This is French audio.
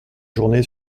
journée